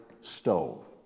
stove